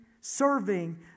serving